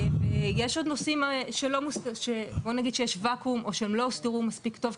יש עוד נושאים שיש ואקום או שהם לא הוסדרו מספיק טוב,